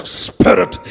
spirit